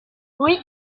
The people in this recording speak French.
oui